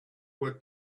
what